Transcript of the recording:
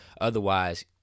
Otherwise